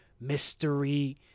mystery